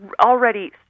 already